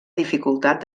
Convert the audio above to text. dificultat